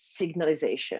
signalization